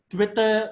Twitter